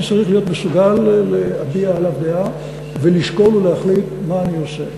אני צריך להיות מסוגל להביע עליו דעה ולשקול ולהחליט מה אני עושה.